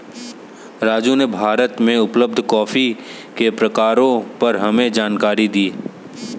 राजू ने भारत में उपलब्ध कॉफी के प्रकारों पर हमें जानकारी दी